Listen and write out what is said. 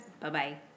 Bye-bye